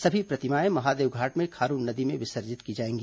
सभी प्रतिमाएं महादेवघाट में खारून नदी में विसर्जित की जाएगी